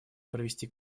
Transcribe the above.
провести